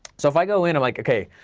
so if i go in, i'm like okay,